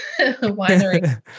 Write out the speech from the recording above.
Winery